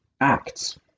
Acts